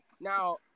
Now